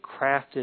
crafted